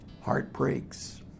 heartbreaks